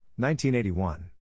1981